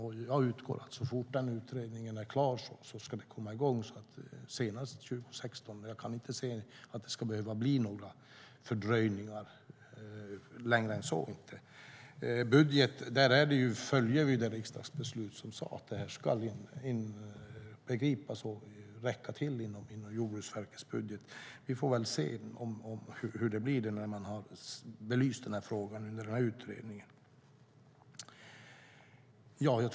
Jag utgår från att det kommer igång så fort den utredningen är klar - senast 2016. Jag kan inte se att det ska behöva bli några längre fördröjningar än så.